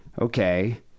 okay